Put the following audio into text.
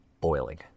boiling